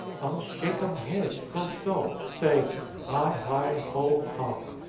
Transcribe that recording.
um shake um head so, so. say hi hi ho hum.